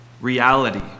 reality